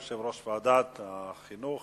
יושב-ראש ועדת החינוך,